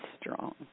strong